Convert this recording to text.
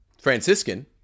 Franciscan